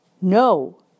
No